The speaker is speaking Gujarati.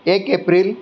એક એપ્રિલ